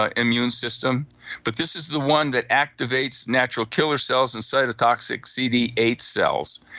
ah immune system but this is the one that activates natural killer cells and cytotoxic c d eight cells.